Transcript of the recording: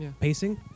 pacing